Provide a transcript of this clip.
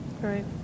Right